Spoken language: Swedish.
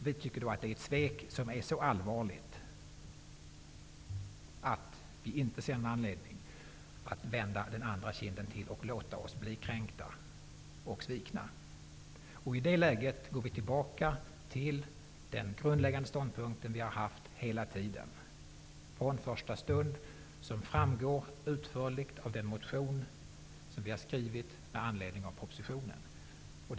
Vi tycker att det är ett svek som är så allvarligt att vi inte ser någon anledning att vända den andra kinden till och låta oss bli kränkta och svikna. I det läget går vi tillbaka till den grundläggande ståndpunkt vi har haft hela tiden, från första stund, som är utförligt redovisad i den motion som vi har väckt med anledning av propositionen.